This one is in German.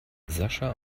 sascha